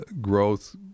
growth